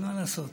מה לעשות?